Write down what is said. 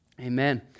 Amen